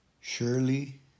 Surely